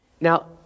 Now